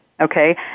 Okay